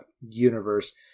universe